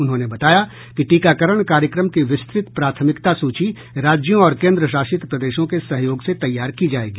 उन्होंने बताया कि टीकाकरण कार्यक्रम की विस्तृत प्राथमिकता सूची राज्यों और केन्द्रशासित प्रदेशों के सहयोग से तैयार की जायेगी